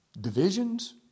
divisions